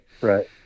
Right